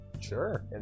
Sure